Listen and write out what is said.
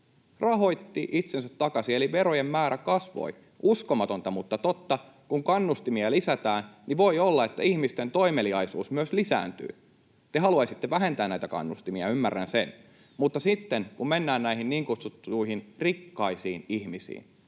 rahoitti itsensä takaisin, eli verojen määrä kasvoi. Uskomatonta mutta totta: kun kannustimia lisätään, niin voi olla, että ihmisten toimeliaisuus myös lisääntyy. Te haluaisitte vähentää näitä kannustimia, ymmärrän sen. Mutta sitten, kun mennään näihin niin kutsuttuihin rikkaisiin ihmisiin,